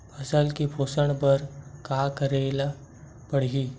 फसल के पोषण बर का करेला पढ़ही?